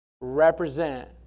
Represent